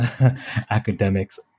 academics